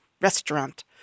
restaurant